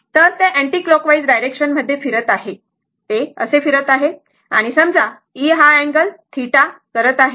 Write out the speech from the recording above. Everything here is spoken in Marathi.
तर ते अँटी क्लॉकवाईज डायरेक्शन मध्ये फिरत आहे ते असे फिरत आहे आणि समजा E हा अँगल θ करत आहे